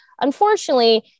unfortunately